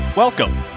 Welcome